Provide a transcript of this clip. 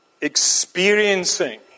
experiencing